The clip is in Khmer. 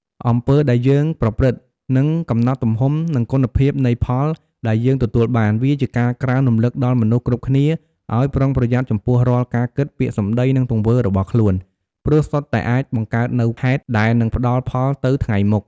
អំពើដែលយើងប្រព្រឹត្ត នឹងកំណត់ទំហំ និងគុណភាពនៃផលដែលយើងទទួលបាន វាជាការក្រើនរំលឹកដល់មនុស្សគ្រប់គ្នាឲ្យប្រុងប្រយ័ត្នចំពោះរាល់ការគិត ពាក្យសម្តី និងទង្វើរបស់ខ្លួន ព្រោះសុទ្ធតែអាចបង្កើតនូវហេតុដែលនឹងផ្តល់ផលទៅថ្ងៃមុខ។